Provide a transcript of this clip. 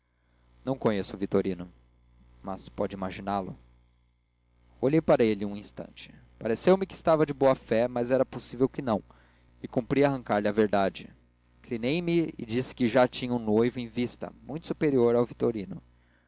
não conheço o vitorino mas pode imaginá lo olhei para ele um instante pareceu-me que estava de boa-fé mas era possível que não e cumpria arrancar-lhe a verdade inclinei-me e disse que já tinha um noivo em vista muito superior ao vitorino